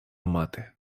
мати